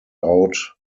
out